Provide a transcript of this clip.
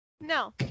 No